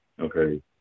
Okay